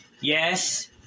Yes